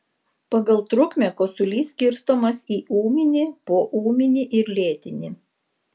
pagal trukmę kosulys skirstomas į ūminį poūminį ir lėtinį